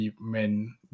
men